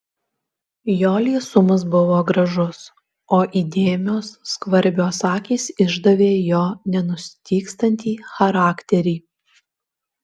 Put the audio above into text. jo liesumas buvo gražus o įdėmios skvarbios akys išdavė jo nenustygstantį charakterį